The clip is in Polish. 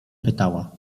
pytała